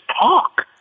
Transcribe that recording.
talk